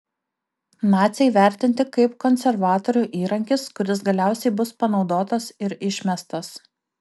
naciai vertinti kaip konservatorių įrankis kuris galiausiai bus panaudotas ir išmestas